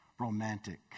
Romantic